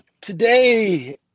today